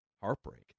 heartbreak